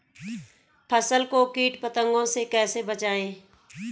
फसल को कीट पतंगों से कैसे बचाएं?